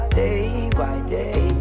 day-by-day